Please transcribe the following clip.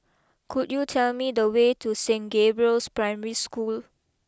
could you tell me the way to Saint Gabriel's Primary School